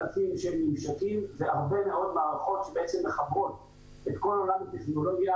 אלפים של ממשקים והרבה מאוד מערכות שמחקות את כל עולם הטכנולוגיה,